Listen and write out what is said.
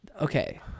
Okay